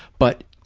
but